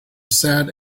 sad